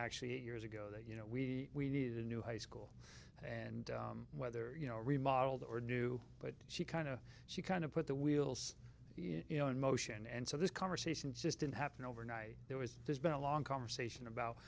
actually years ago that you know we need a new high school and whether you know remodeled or do but she kind of she kind of put the wheels you know in motion and so this conversation just didn't happen overnight there was there's been a long conversation about